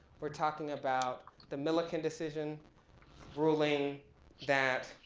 we're talking about the milliken decision ruling that